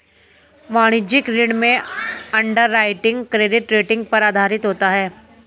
वाणिज्यिक ऋण में अंडरराइटिंग क्रेडिट रेटिंग पर आधारित होता है